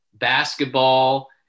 basketball